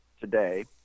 today